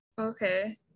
Okay